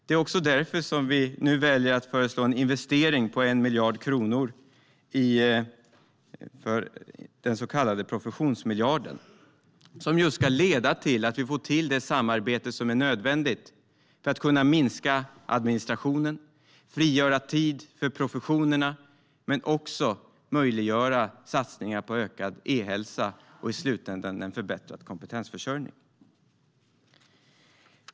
Det är också därför vi nu väljer att föreslå en investering på 1 miljard kronor för den så kallade professionsmiljarden. Den ska leda till att vi får till det samarbete som är nödvändigt för att kunna minska administrationen, frigöra tid för professionerna och också möjliggöra satsningar på ökad e-hälsa och i slutänden en förbättrad kompetensförsörjning.